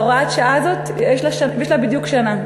הוראת השעה הזאת יש לה בדיוק שנה.